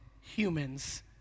humans